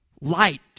light